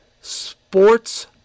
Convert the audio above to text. sports